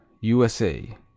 USA